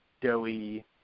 doughy